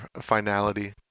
finality